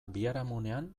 biharamunean